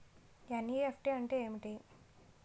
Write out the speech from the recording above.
NEFT అంటే ఏమిటి?